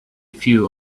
few